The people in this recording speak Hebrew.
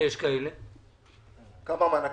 כמה מענקים?